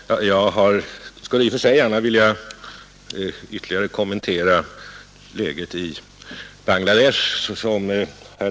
Herr talman! Jag skulle i och för sig gärna vilja liksom herr Werner i Malmö ytterligare kommentera läget i Bangladesh.